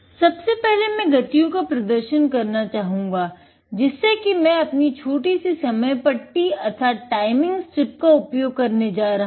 सबसे पहले मै गतियों का प्रदर्शन करना चाहूँगा जिससे कि हम अपनी छोटी सी समय पट्टी है